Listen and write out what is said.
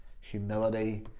humility